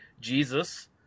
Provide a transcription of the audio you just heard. Jesus